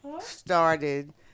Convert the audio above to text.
started